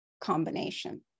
combination